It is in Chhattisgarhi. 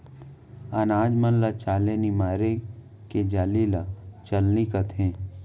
अनाज मन ल चाले निमारे के जाली ल चलनी कथें